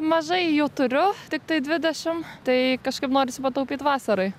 mažai jų turiu tiktai dvidešim tai kažkaip norisi pataupyt vasarai